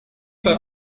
hat